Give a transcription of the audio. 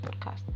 podcast